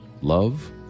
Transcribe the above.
Love